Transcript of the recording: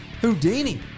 Houdini